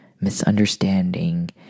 misunderstanding